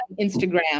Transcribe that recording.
Instagram